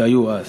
שהיו אז.